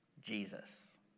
Jesus